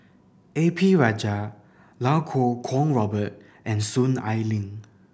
A P Rajah Iau Kuo Kwong Robert and Soon Ai Ling